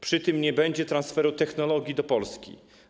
Przy tym nie będzie transferu technologii do Polski.